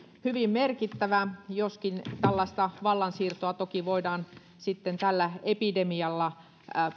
hyvin merkittävä joskin tällaista vallansiirtoa toki voidaan tällä epidemialla